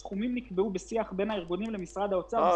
הסכומים נקבעו בשיח בין הארגונים למשרד האוצר.